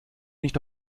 nicht